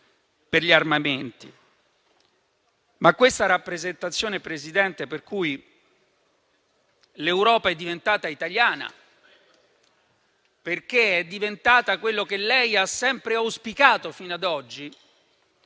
per gli armamenti. Questa rappresentazione, presidente Meloni, per cui l'Europa è diventata italiana perché è diventata quello che lei ha sempre auspicato fino ad oggi,